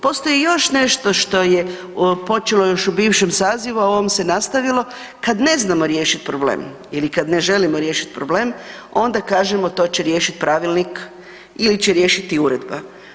Postoji još nešto što je počelo u bivšem sazivu, a u ovom se nastavilo, kad ne znamo riješiti problem ili kad ne želimo riješiti problem, onda kažemo to će riješiti pravilnik ili će riješiti uredba.